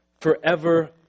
forever